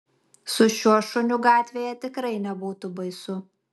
su šiuo šuniu gatvėje tikrai nebūtų baisu